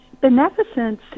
beneficence